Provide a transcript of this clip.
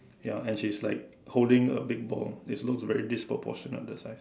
ya and she is like holding a big ball it looks very disproportionate the size